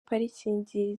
parikingi